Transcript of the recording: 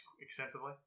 extensively